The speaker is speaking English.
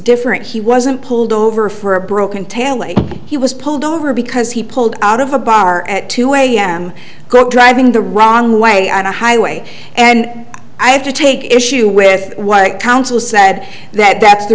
different he wasn't pulled over for a broken taillight he was pulled over because he pulled out of a bar at two am quick driving the wrong way on a highway and i have to take issue with what counsel said that that's the